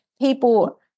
people